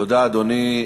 תודה, אדוני.